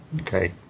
Okay